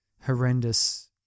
horrendous